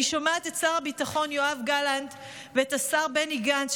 אני שומעת את שר הביטחון יואב גלנט ואת השר בני גנץ,